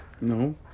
No